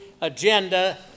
agenda